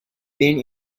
been